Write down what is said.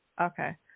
Okay